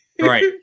Right